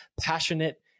passionate